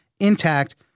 intact